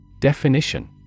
Definition